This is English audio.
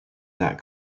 that